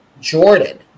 Jordan